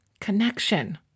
connection